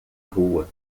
rua